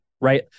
right